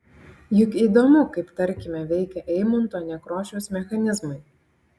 juk įdomu kaip tarkime veikia eimunto nekrošiaus mechanizmai